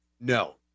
No